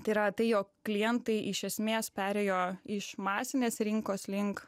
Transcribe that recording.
tai yra tai jog klientai iš esmės perėjo iš masinės rinkos link